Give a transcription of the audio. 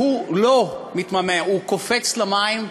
והוא לא מתמהמה, הוא קופץ למים,